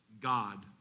God